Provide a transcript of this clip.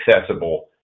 accessible